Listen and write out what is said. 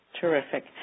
Terrific